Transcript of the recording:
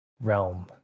realm